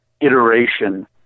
iteration